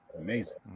Amazing